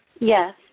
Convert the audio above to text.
Yes